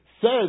says